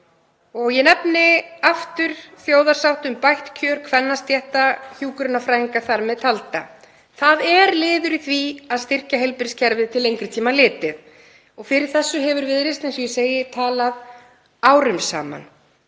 og ég nefni aftur þjóðarsátt um bætt kjör kvennastétta, hjúkrunarfræðinga þar með talinna. Það er liður í því að styrkja heilbrigðiskerfið til lengri tíma litið og fyrir þessu hefur Viðreisn, eins og ég segi, talað árum saman.